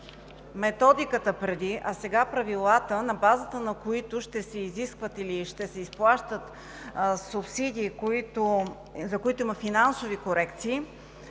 методиката преди, а сега правилата, на базата на които ще се изискват или ще се изплащат субсидии, за които има финансови корекции,